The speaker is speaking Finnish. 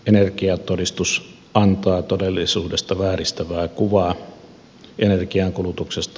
energiatodistus antaa todellisuudessa vääristävää kuvaa energiankulutuksesta